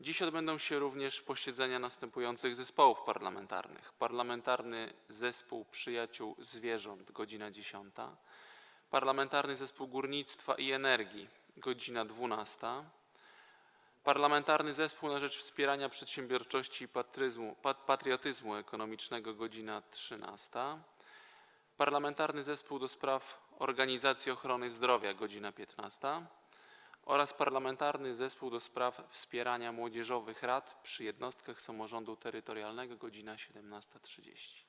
Dziś odbędą się również posiedzenia następujących zespołów parlamentarnych: - Parlamentarnego Zespołu Przyjaciół Zwierząt - godz. 10, - Parlamentarnego Zespołu Górnictwa i Energii - godz. 12, - Parlamentarnego Zespołu na rzecz Wspierania Przedsiębiorczości i Patriotyzmu Ekonomicznego - godz. 13, - Parlamentarnego Zespołu ds. Organizacji Ochrony Zdrowia - godz. 15, - Parlamentarnego Zespołu ds. Wspierania Młodzieżowych Rad przy Jednostkach Samorządu Terytorialnego - godz. 17.30.